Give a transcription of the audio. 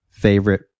favorite